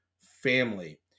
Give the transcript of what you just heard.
family